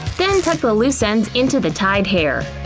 then tuck the loose ends into the tied hair.